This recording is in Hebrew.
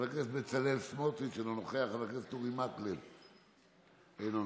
חבר הכנסת בצלאל סמוטריץ' אינו נוכח,